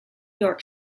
york